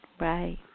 Right